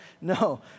No